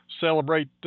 celebrate